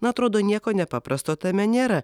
na atrodo nieko nepaprasto tame nėra